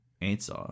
answer